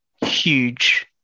huge